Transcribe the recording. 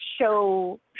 show